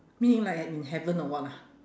meaning like I in heaven or what ah